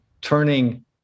turning